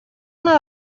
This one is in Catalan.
una